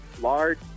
large